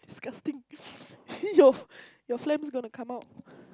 disgusting your your phlegm's gonna come out